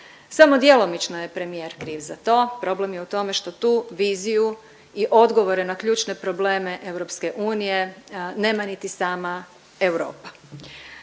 Samo djelomično je premijer kriv za to, problem je u tome što tu viziju i odgovore na ključne probleme EU nema niti sama Europa.